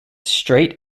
straight